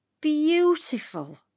beautiful